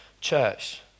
church